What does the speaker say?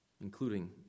including